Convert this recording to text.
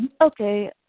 okay